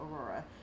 Aurora